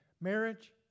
Marriage